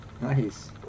Nice